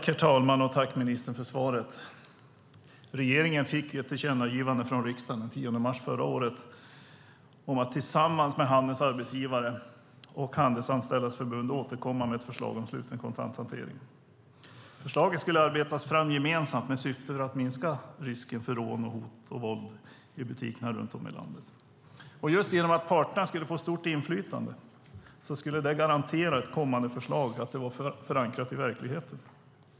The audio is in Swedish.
Herr talman! Jag tackar ministern för svaret. Regeringen fick ett tillkännagivande från riksdagen den 10 mars förra året om att tillsammans med handelns arbetsgivare och Handelsanställdas förbund återkomma med ett förslag om sluten kontanthantering. Förslaget skulle arbetas fram gemensamt med syftet att minska risken för rån, hot och våld i butikerna runt om i landet. Just parternas stora inflytande skulle garantera att ett kommande förslag skulle vara förankrat i verkligheten.